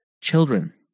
Children